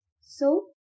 So